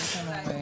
נדחתה.